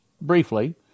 briefly